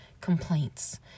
complaints